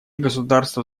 государства